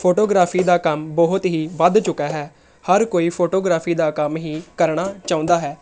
photography ਦਾ ਕੰਮ ਬਹੁਤ ਹੀ ਵੱਧ ਚੁੱਕਾ ਹੈ ਹਰ ਕੋਈ ਫੋਟੋਗ੍ਰਾਫ਼ੀ ਦਾ ਕੰਮ ਹੀ ਕਰਨਾ ਚਾਹੁੰਦਾ ਹੈ